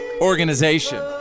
Organization